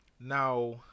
Now